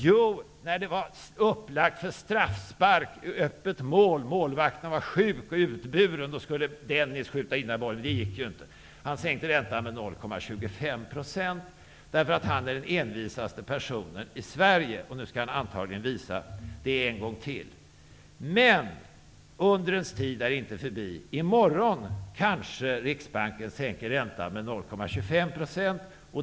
Jo, när det var upplagt för straffspark, öppet mål, målvakten var sjuk och utburen, då skulle Dennis skjuta in bollen. Det gick inte. Han sänkte räntan med 0.25 %, för att han är den envisaste personen i Sverige. Nu skall han antagligen visa det en gång till. Men undrens tid är inte förbi. I morgon kanske Riksbanken sänker räntan med 0,25 %.